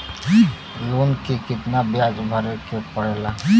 Loan के कितना ब्याज भरे के पड़े ला?